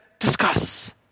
Discuss